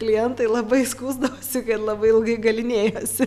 klientai labai skųsdavosi kad labai ilgai galynėjosi